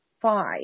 five